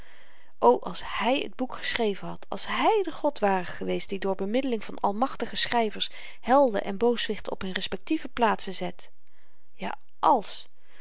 o als hy t boek geschreven had als hy de god ware geweest die door bemiddeling van almachtige schryvers helden en booswichten op hun respektieve plaatsen zet ja àls